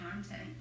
content